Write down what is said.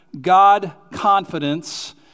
God-confidence